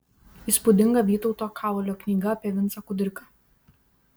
įspūdinga vytauto kavolio knyga apie vincą kudirką